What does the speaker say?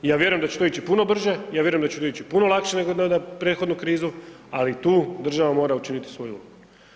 Ja vjerujem da će to ići puno brže, ja vjerujem da će to ići puno lakše nego na prethodnu krizu, ali tu država mora učiniti svoju ulogu.